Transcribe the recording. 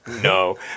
no